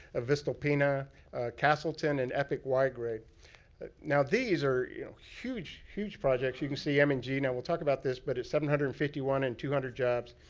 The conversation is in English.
ah voestalpine, ah castleton, and epic y-grade. now, these are you know huge huge projects. you can see m and g. now, we'll talk about this. but it's seven hundred and fifty one and two hundred jobs.